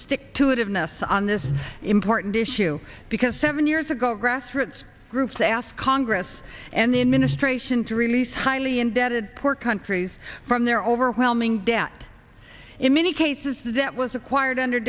stick to it having us on this important issue because seven years ago grassroots groups asked congress and the administration to release highly indebted poor countries from their overwhelming debt in many cases the debt was acquired under